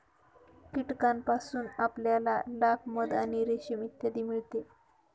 कीटकांपासून आपल्याला लाख, मध आणि रेशीम इत्यादी मिळते